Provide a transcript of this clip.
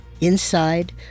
Inside